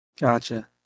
Gotcha